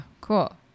Cool